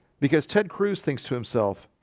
because ted cruz thinks to himself